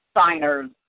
signers